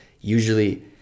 usually